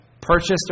purchased